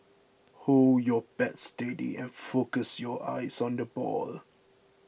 hold your bat steady and focus your eyes on the ball